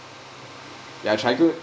they're trying to